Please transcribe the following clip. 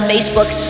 Facebook